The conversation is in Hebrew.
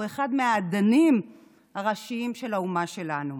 אחד מהאדנים הראשיים של האומה שלנו.